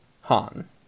Han